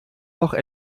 noch